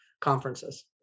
conferences